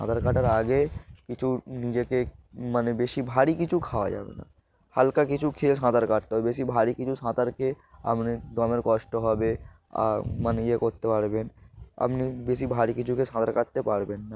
সাঁতার কাটার আগে কিছু নিজেকে মানে বেশি ভারী কিছু খাওয়া যাবে না হালকা কিছু খেয়ে সাঁতার কাটতে হবে বেশি ভারী কিছু সাঁতার খেয়ে আপনি দমের কষ্ট হবে মানে ইয়ে করতে পারবেন আপনি বেশি ভারী কিছুকে সাঁতার কাটতে পারবেন না